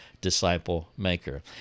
disciple-maker